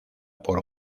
por